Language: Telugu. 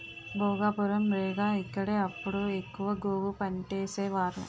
భోగాపురం, రేగ ఇక్కడే అప్పుడు ఎక్కువ గోగు పంటేసేవారు